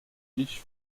ich